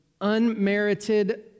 unmerited